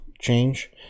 change